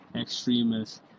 extremists